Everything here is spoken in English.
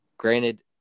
granted